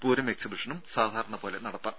പൂരം എക്സിബിഷനും സാധാരണ പോലെ നടത്താം